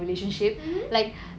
mmhmm